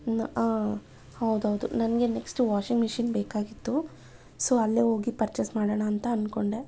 ಆಂ ಹೌದು ಹೌದು ನನಗೆ ನೆಕ್ಸ್ಟ್ ವಾಷಿಂಗ್ ಮೆಷಿನ್ ಬೇಕಾಗಿತ್ತು ಸೊ ಅಲ್ಲೇ ಹೋಗಿ ಪರ್ಚೆಸ್ ಮಾಡೋಣ ಅಂತ ಅನ್ಕೊಂಡೆ